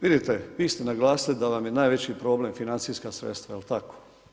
Vidite, vi ste naglasili da vam je najveći problem financijska sredstva jel tako?